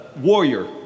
warrior